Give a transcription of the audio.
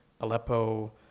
Aleppo